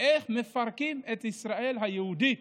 איך מפרקים את ישראל היהודית